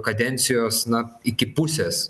kadencijos na iki pusės